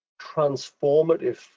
transformative